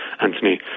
Anthony